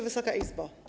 Wysoka Izbo!